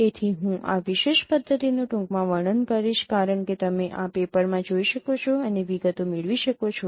તેથી હું આ વિશેષ પદ્ધતિનું ટૂંકમાં વર્ણન કરીશ કારણ કે તમે આ પેપર માં જોઈ શકો છો અને વિગતો મેળવી શકો છો